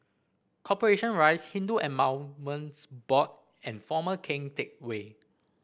Corporation Rise Hindu Endowments Board and Former Keng Teck Whay